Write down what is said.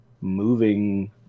moving